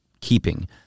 keeping